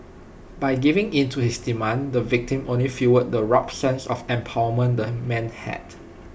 by giving in to his demands the victim only fuelled the warped sense of empowerment the man had